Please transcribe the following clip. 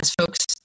folks